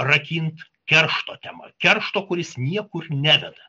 rakint keršto temą keršto kuris niekur neveda